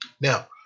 Now